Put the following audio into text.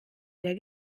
der